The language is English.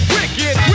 Wicked